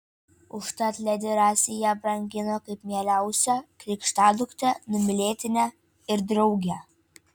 užtat ledi rasei ją brangino kaip mieliausią krikštaduktę numylėtinę ir draugę